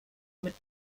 mit